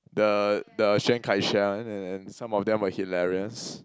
the the sheng-kai sia and and some of them were hilarious